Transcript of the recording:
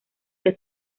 que